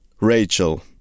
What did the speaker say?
Rachel